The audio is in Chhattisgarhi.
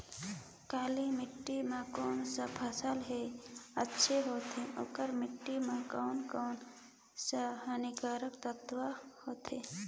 काली माटी मां कोन सा फसल ह अच्छा होथे अउर माटी म कोन कोन स हानिकारक तत्व होथे?